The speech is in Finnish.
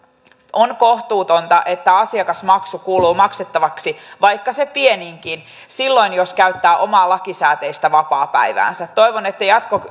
on kohtuutonta että asiakasmaksu kuuluu maksettavaksi vaikka se pieninkin silloin jos käyttää omaa lakisääteistä vapaapäiväänsä toivon että